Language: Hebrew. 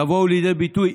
יבואו לידי ביטוי",